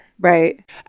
Right